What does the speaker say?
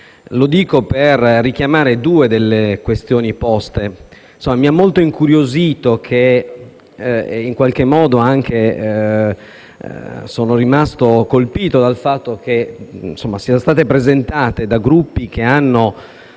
questo per richiamare due delle questioni poste. Mi ha molto incuriosito e, in qualche modo, sono rimasto anche colpito dal fatto che sia stata presentata, da Gruppi che hanno